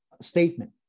statement